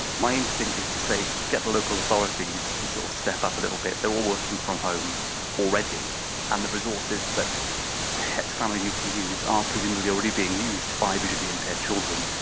my instinct is to say get the local authorities to so step up a little bit, they're all working from home already and the resources that het's family need to use are presumably already being used by visually impaired children.